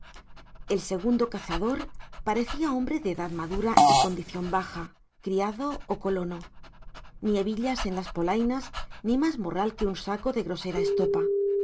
el segundo cazador parecía hombre de edad madura y condición baja criado o colono ni hebillas en las polainas ni más morral que un saco de grosera estopa